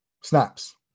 Snaps